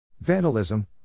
Vandalism